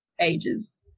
ages